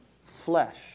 flesh